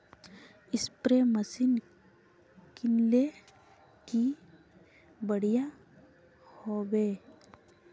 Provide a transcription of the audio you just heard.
Spray machine किनले की बढ़िया होबवे?